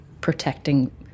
protecting